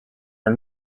are